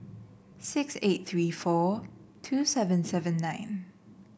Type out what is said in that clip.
six eight three four two seven seven nine